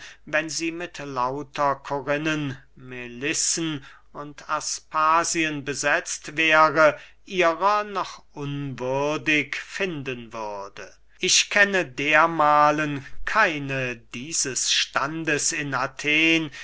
wenn sie mit lauter korinnen melissen und aspasien besetzt wäre ihrer noch unwürdig finden würde ich kenne dermahlen keine dieses standes in athen